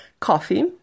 Coffee